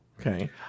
Okay